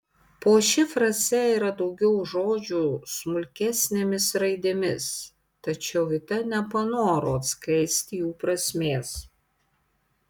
po šia fraze yra daugiau žodžių smulkesnėmis raidėmis tačiau vita nepanoro atskleisti jų prasmės